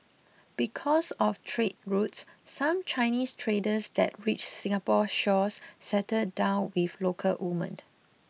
because of trade routes some Chinese traders that reached Singapore's shores settled down with local women